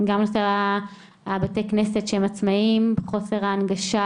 גם מצד בתי הכנסת, שהם עצמאיים, חוסר ההנגשה.